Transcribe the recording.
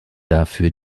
dafür